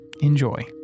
Enjoy